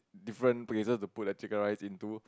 different places to put the chicken rice into